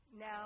Now